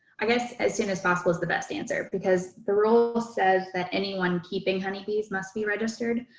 i guess as soon as possible, is the best answer because the rule says that anyone keeping honeybees must be registered.